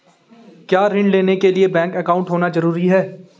क्या ऋण लेने के लिए बैंक अकाउंट होना ज़रूरी है?